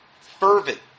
Fervent